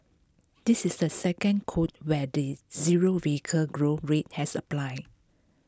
this is the second quota where the zero vehicle growth rate has applied